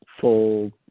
full